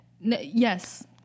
Yes